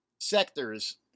sectors